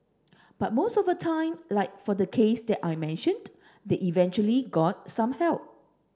but most of the time like for the case that I mentioned they eventually got some help